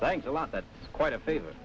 thanks a lot that's quite a favor